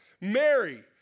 Mary